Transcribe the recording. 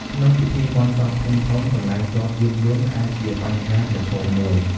ក្នុងពិធីបុណ្យសពធំៗ កន្លែងចតយានយន្តអាចជាបញ្ហាប្រឈមមួយ។